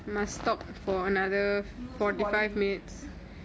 so boring